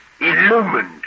Illumined